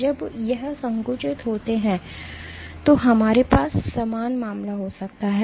जब यह संकुचित होते हैं तो हमारे पास समान मामला हो सकता है